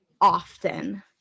often